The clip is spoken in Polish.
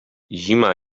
zima